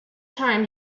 time